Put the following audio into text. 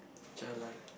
childlike